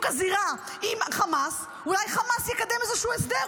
הזירה עם חמאס אולי חמאס יקדם איזשהו הסדר,